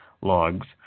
logs